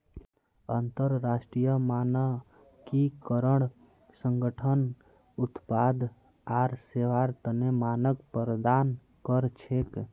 अंतरराष्ट्रीय मानकीकरण संगठन उत्पाद आर सेवार तने मानक प्रदान कर छेक